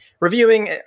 Reviewing